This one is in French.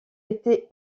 était